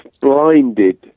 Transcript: blinded